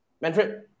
manfred